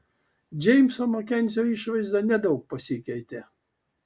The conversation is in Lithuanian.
džeimso makenzio išvaizda nedaug pasikeitė